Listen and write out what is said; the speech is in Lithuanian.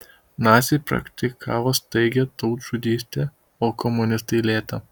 naciai praktikavo staigią tautžudystę o komunistai lėtą